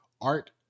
art